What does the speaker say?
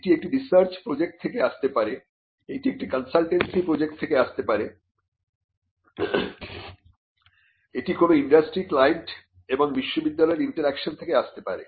এটি একটি research project থেকে আসতে পারে এটি একটি কনসালটেন্সি প্রজেক্ট থেকে আসতে পারে এটি কোন ইন্ডাস্ট্রি ক্লায়েন্ট এবং বিশ্ববিদ্যালয়ের ইন্টারেকশন থেকে আসতে পারে